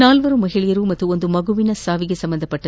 ನಾಲ್ವರು ಮಹಿಳೆಯರು ಹಾಗೂ ಒಂದು ಮಗುವಿನ ಸಾವಿಗೆ ಸಂಬಂಧಿಸಿದ